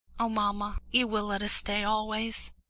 oh, mamma, you will let us stay always.